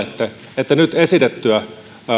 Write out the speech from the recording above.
miten arvelette että nyt esitettyä